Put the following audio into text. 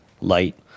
light